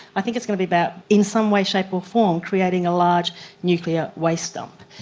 i think it's going to be about, in some way, shape or form, creating a large nuclear waste dump.